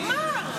אמר.